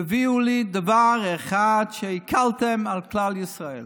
תביאו לי דבר אחד שבו הקלתם על כלל ישראל,